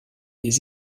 des